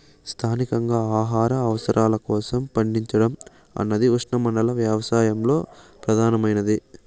స్థానికంగా ఆహార అవసరాల కోసం పండించడం అన్నది ఉష్ణమండల వ్యవసాయంలో ప్రధానమైనది